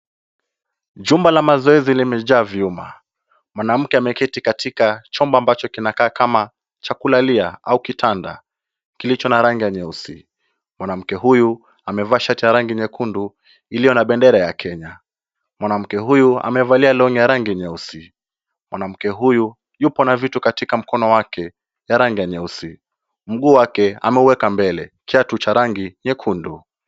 Jumba la mazoezi limejaa vyuma. Mwanamke ameketi katika chombo ambacho kinakaa kama cha kulalia au kitanda kilicho na rangi ya nyeusi. Mwanamke huyu amevaa shati ya rangi nyekundu iliyo na bendera ya Kenya. Mwanamke huyu amevalia long'i ya rangi nyeusi. Mwanamke huyu yupo na vitu katika mkono wake ya rangi ya nyeusi. Mguu wake ameuweka mbele kiatu cha rangi nyekundu.